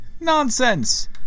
Nonsense